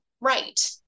right